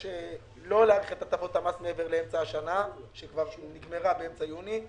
להאריך את הטבות המס מעבר לאמצע השנה שכבר נגמרה באמצע יוני,